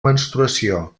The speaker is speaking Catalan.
menstruació